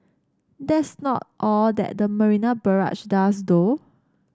that's not all that the Marina Barrage does though